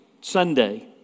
Sunday